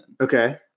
Okay